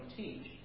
teach